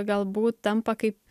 galbūt tampa kaip